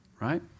right